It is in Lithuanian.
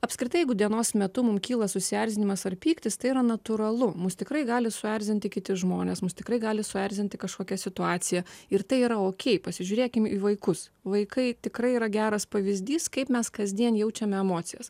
apskritai jeigu dienos metu mum kyla susierzinimas ar pyktis tai yra natūralu mus tikrai gali suerzinti kiti žmonės mus tikrai gali suerzinti kažkokia situacija ir tai yra okei pasižiūrėkime į vaikus vaikai tikrai yra geras pavyzdys kaip mes kasdien jaučiame emocijas